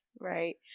Right